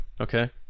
okay